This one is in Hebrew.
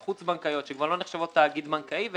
חוץ-בנקאיות שכבר לא נחשבות תאגיד בנקאי ולכן,